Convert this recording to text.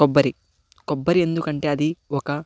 కొబ్బరి కొబ్బరి ఎందుకంటే అది ఒక